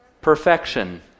Perfection